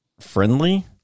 friendly